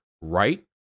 right